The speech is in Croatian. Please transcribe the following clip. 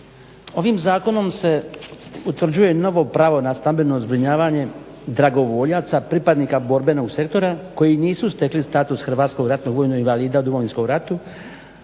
ovim zakonom se utvrđuje novo pravo na stambeno zbrinjavanje dragovoljaca pripadnika borbenog sektora koji nisu stekli status HRVI-a u Domovinskom ratu,